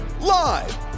live